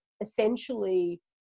essentially